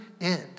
end